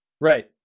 Right